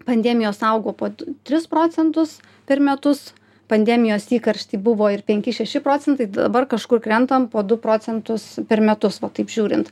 pandemijos augo po tris procentus per metus pandemijos įkaršty buvo ir penki šeši procentai dabar kažkur krentam po du procentus per metus va taip žiūrint